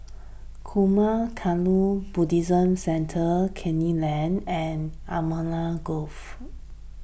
Zurmang Kagyud Buddhist Centre Canning Lane and Allamanda Grove